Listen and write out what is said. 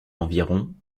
environ